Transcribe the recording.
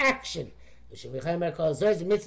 Action